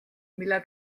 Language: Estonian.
mille